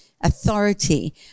authority